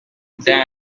then